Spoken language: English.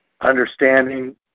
understanding